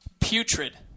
Putrid